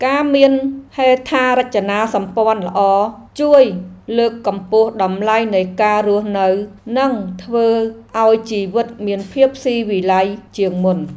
ការមានហេដ្ឋារចនាសម្ព័ន្ធល្អ ជួយលើកកម្ពស់តម្លៃនៃការរស់នៅ និងធ្វើឱ្យជីវិតមានភាពស៊ីវិល័យជាងមុន។